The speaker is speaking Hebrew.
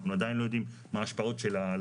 אנחנו עדיין לא יודעים מה ההשפעות שלה על